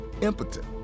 impotent